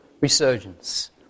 resurgence